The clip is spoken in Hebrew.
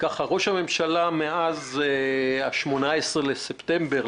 ראש הממשלה מאז 18 בספטמבר,